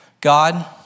God